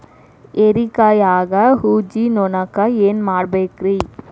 ಹೇರಿಕಾಯಾಗ ಊಜಿ ನೋಣಕ್ಕ ಏನ್ ಮಾಡಬೇಕ್ರೇ?